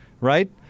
right